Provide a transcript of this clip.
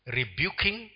rebuking